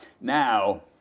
Now